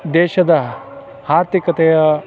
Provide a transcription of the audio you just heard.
ದೇಶದ ಆರ್ಥಿಕತೆಯ